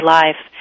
life